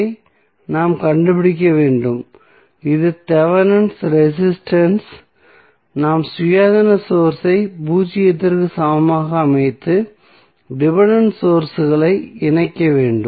ஐ நாம் கண்டுபிடிக்க வேண்டும் இது தெவெனின் ரெசிஸ்டன்ஸ் நாம் சுயாதீன சோர்ஸ்களை பூஜ்ஜியத்திற்கு சமமாக அமைத்து டிபென்டென்ட் சோர்ஸ்களை இணைக்க வேண்டும்